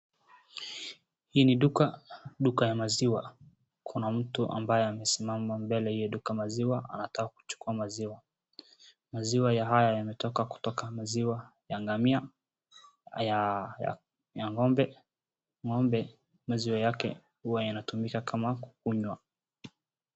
Hii ni duka, duka ya maziwa. Kuna mtu ambaye amesimama mbele ya hiyo duka ya maziwa anataka kuchukua maziwa, maziwa haya yametoka kutoka maziwa ya ngamia, ya ng'ombe, ng'ombe maziwa yake huwa yanatumika kama kukunywa.